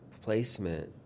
placement